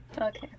okay